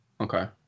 Okay